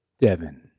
Devin